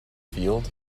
field